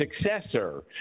successor